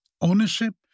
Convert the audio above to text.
ownership